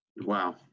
Wow